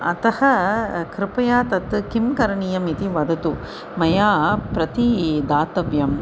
अतः कृपया तत् किं करणीयमिति वदतु मया प्रति दातव्यम्